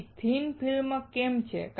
તે thin film કેમ છે